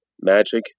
magic